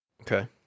Okay